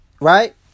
Right